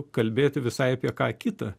kalbėti visai apie ką kita